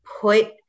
put